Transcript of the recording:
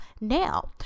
now